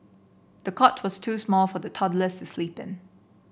the cot was too small for the toddler